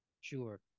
Sure